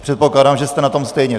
Předpokládám, že jste na tom stejně.